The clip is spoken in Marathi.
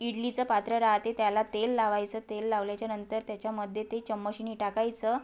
इडलीचं पात्र राहते त्याला तेल लावायचं तेल लावल्याच्यानंतर त्याच्यामध्ये ते चम्मचने टाकायचं